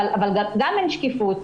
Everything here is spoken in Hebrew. אבל גם אין שקיפות,